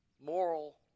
moral